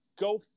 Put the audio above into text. Go